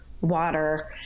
water